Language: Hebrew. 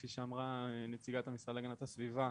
כפי שאמרה נציגת המשרד להגנת הסביבה,